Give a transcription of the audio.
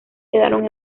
quedaron